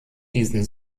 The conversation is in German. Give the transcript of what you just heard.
diesen